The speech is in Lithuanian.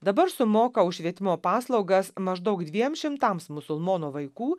dabar sumoka už švietimo paslaugas maždaug dviem šimtams musulmonų vaikų